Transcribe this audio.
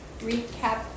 recap